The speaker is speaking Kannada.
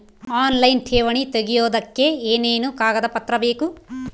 ಆನ್ಲೈನ್ ಠೇವಣಿ ತೆಗಿಯೋದಕ್ಕೆ ಏನೇನು ಕಾಗದಪತ್ರ ಬೇಕು?